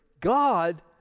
God